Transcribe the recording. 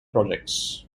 projects